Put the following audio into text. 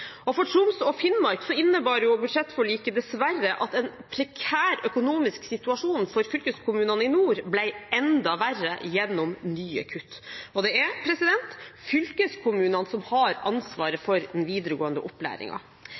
og framtidsmulighetene. For Troms og Finnmark innebar budsjettforliket dessverre at en prekær økonomisk situasjon for fylkeskommunene i nord ble enda verre gjennom nye kutt. Det er fylkeskommunene som har ansvaret for den videregående